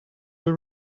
will